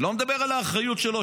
אני לא מדבר על האחריות שלו,